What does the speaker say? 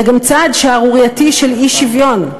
זה גם צעד שערורייתי של אי-שוויון.